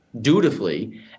dutifully